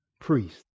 priest